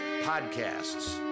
podcasts